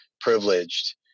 privileged